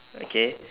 okay